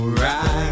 right